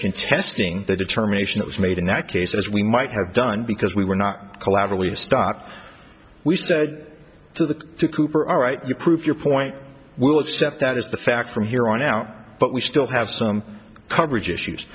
contesting the determination was made in that case as we might have done because we were not collaterally stop we said to the cooper all right you prove your point we'll accept that is the fact from here on out but we still have some coverage issues